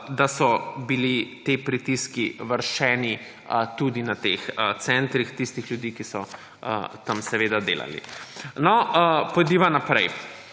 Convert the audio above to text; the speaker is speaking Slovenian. da so bili ti pritiski vršeni tudi na teh centrih, na tiste ljudi, ki so tam seveda delali. No, pojdiva naprej.